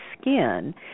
skin